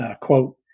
quote